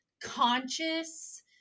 conscious